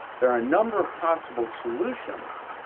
there are a number of possible solutions,